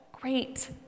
great